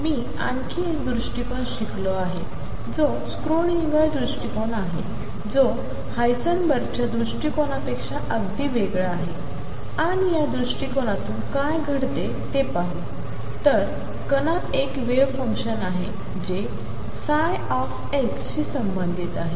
मी आणखी एक दृष्टिकोन शिकलो आहे जो स्क्रोडिंगर दृष्टिकोन आहे जो हायसेनबर्गच्या दृष्टिकोनापेक्षा अगदी वेगळा आहे आणि या दृष्टिकोनातून काय घडते ते पाहू तर कणात एक वेव्ह फंक्शन आहे जे ψ शी संबंधित आहे